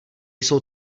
jsou